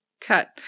cut